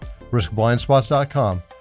riskblindspots.com